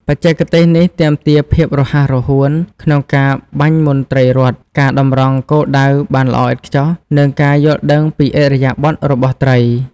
បច្ចេកទេសនេះទាមទារភាពរហ័សរហួន ក្នុងការបាញ់មុនត្រីរត់ ការតម្រង់គោលដៅបានល្អឥតខ្ចោះ និងការយល់ដឹងពីឥរិយាបថរបស់ត្រី។